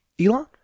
Elon